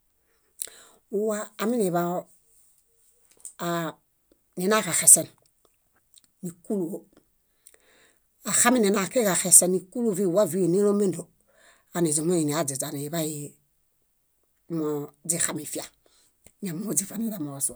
Wwa aminiḃawo aa- ninaġaxese níkuluġo. Axaminina kiġaxese níkulu viwwa víi nélomedo, aniźumuini aźaźaniḃay moo źixamifia, ñámoo źiṗanilemozua.